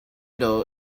know